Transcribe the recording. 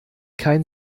kein